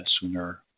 sooner